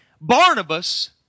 Barnabas